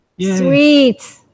Sweet